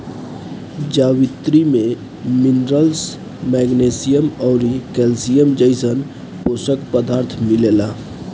जावित्री में minerals, magnesium अउरी कैल्शियम जइसन पोषक पदार्थ मिलेला